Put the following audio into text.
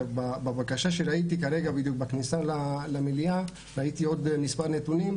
בבקשה שראיתי כרגע בכניסה למליאה ראיתי עוד מספר נתונים,